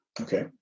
Okay